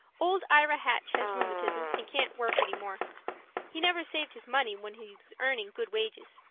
old ira hatch has rheumatism and can't work any more he never saved his money when he was earning good wages,